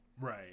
Right